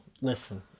listen